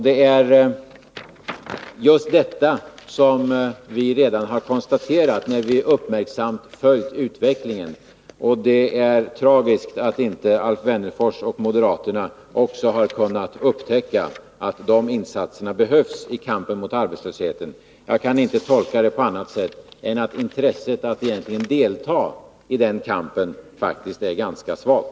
Det är just detta som vi redan har konstaterat när vi uppmärksamt har följt utvecklingen. Det är tragiskt att inte Alf Wennerfors och moderaterna också har kunnat upptäcka att de insatserna behövs i kampen mot arbetslösheten. Jag kan inte tolka det på annat sätt än att intresset att delta i den kampen faktiskt är ganska svalt.